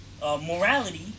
morality